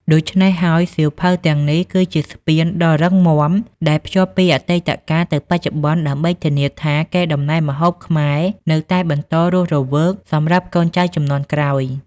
ដូច្នេះហើយ សៀវភៅទាំងនេះគឺជាស្ពានដ៏រឹងមាំដែលភ្ជាប់ពីអតីតកាលទៅបច្ចុប្បន្ន ដើម្បីធានាថាកេរដំណែលម្ហូបខ្មែរនៅតែបន្តរស់រវើកសម្រាប់កូនចៅជំនាន់ក្រោយ។